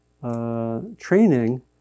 training